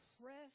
press